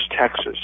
Texas